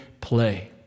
play